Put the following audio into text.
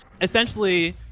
Essentially